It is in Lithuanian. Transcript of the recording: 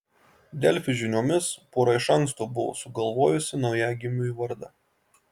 delfi žiniomis pora iš anksto buvo sugalvojusi naujagimiui vardą